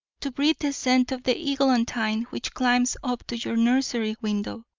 to breathe the scent of the eglantine which climbs up to your nursery window,